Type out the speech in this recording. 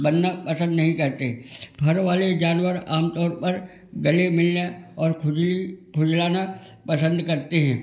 बनना पसंद नहीं करते घर वाले जानवर आम तौर पर गले मिलना और खुजली खुजलाना पसंद करते हैं